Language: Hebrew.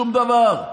שום דבר.